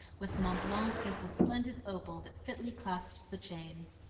with mont blanc as the splendid opal that fitly clasps the chain.